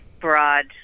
broad